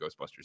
Ghostbusters